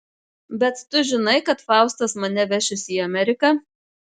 bet tu žinai kad faustas mane vešis į ameriką